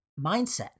mindset